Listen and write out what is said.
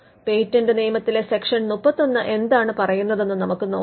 patent നിയമത്തിലെ section 31 എന്താണ് പറയുന്നതെന്ന് നമുക്ക് നോക്കാം